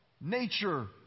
nature